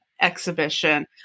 exhibition